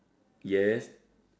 yes